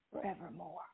forevermore